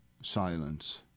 silence